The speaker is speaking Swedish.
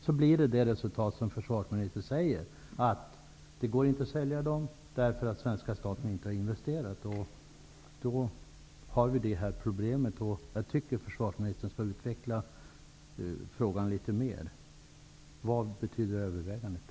Så blir resultatet det som försvarsministern sade, att de inte går att sälja dem, därför att svenska staten inte har investerat. Då får vi problem. Jag tycker att försvarsministern skall utveckla frågan litet mera. Vad betyder ''övervägandet''?